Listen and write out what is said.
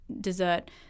dessert